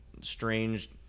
strange